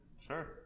sure